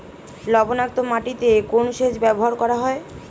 লবণাক্ত মাটিতে কোন সেচ ব্যবহার করা হয়?